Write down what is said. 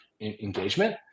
engagement